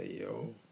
yo